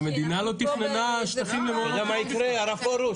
אתה יודע מה יקרה הרב פרוש?